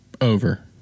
over